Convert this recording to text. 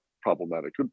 problematic